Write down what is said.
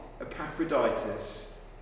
Epaphroditus